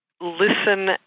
listen